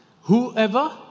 Whoever